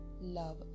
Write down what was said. love